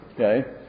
okay